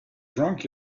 drunk